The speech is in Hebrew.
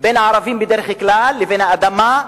בין הערבים בדרך כלל לבין האדמה,